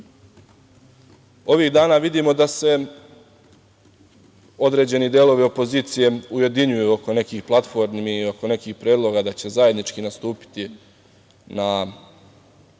dana vidimo da se određeni delovi opozicije ujedinjuju oko nekih platformi i oko nekih predloga da će zajednički nastupiti na